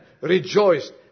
rejoiced